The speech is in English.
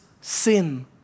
sin